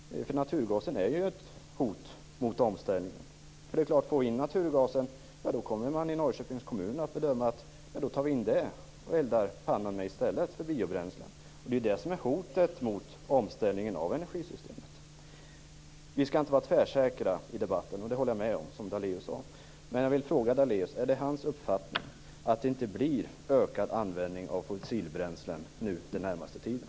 Naturgasen är ett hot mot omställningen. Får vi in naturgasen kommer man i Norrköpings kommun att använda naturgas att elda pannan med i stället för med biobränslen. Det är hotet mot omställningen av energisystemet. Vi skall inte vara tvärsäkra i debatten, sade Lennart Daléus, och det håller jag med om. Men jag vill fråga Lennart Daléus: Är det Lennart Daléus uppfattning att det inte blir en ökad användning av fossilbränslen nu den närmaste tiden?